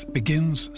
begins